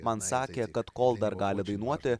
man sakė kad kol dar gali dainuoti